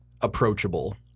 approachable